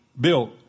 built